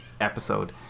episode